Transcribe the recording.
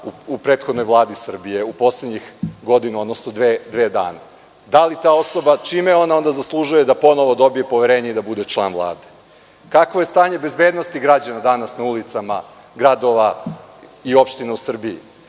u prethodnoj Vladi Srbije, u poslednjih godinu, odnosno dve, dana? Da li ta osoba, čime ona onda zaslužuje da ponovo dobije poverenje i da bude član Vlade? Kakvo je stanje bezbednosti građana danas na ulicama gradova i opštinama u Srbiji?